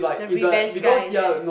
the revenge guy is it